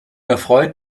erfreut